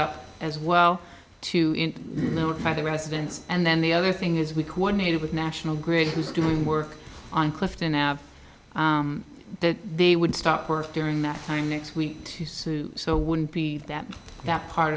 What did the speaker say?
up as well to notify the residents and then the other thing is we coordinated with national grid who is doing work on clifton that they would start work during that time next week to sue so wouldn't be that gap part